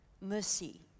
mercy